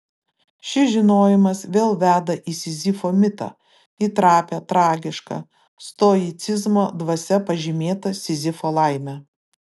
šis žinojimas vėl veda į sizifo mitą į trapią tragišką stoicizmo dvasia pažymėtą sizifo laimę